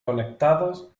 conectados